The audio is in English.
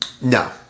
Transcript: No